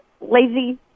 lazy